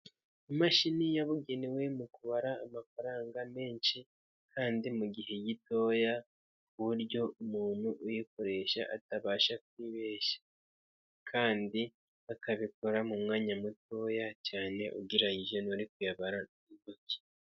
Imashini yabugenewe mu kubara amafaranga menshi kandi mu gihe gitoya, ku buryo umuntu uyikoresha atabasha kwibeshya kandi akabikora mu mwanya mutoya cyane ugereyije n'uri kuyabara n'intoki.